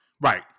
Right